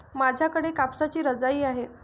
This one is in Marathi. माझ्याकडे कापसाची रजाई आहे